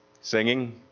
Singing